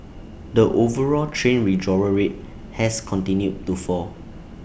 the overall train withdrawal rate has continued to fall